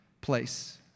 place